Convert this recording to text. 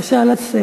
בבקשה לסיים.